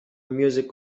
music